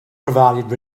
provided